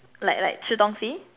like like 吃东西